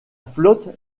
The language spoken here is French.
flotte